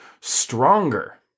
stronger